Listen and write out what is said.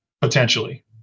potentially